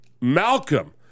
Malcolm